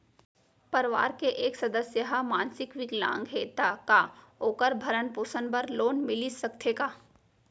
परवार के एक सदस्य हा मानसिक विकलांग हे त का वोकर भरण पोषण बर लोन मिलिस सकथे का?